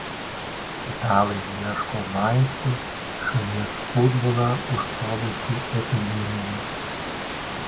italai ieško vaistų šalies futbolą užpuolusiai epidemijai